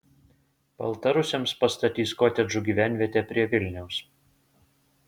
baltarusiams pastatys kotedžų gyvenvietę prie vilniaus